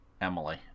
Emily